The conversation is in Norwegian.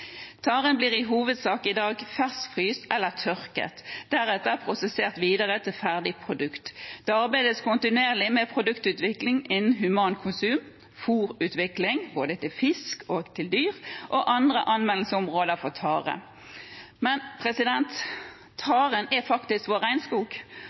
taren. Taren blir i hovedsak i dag ferskfryst eller tørket, deretter prosessert videre til ferdig produkt. Det arbeides kontinuerlig med produktutvikling innen humankonsum, fôrutvikling, både til fisk og til dyr, og andre anvendelsesområder for